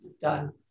Done